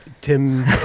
tim